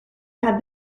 had